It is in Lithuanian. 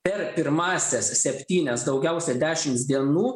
per pirmąsias septynias daugiausia dešims dienų